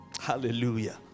Hallelujah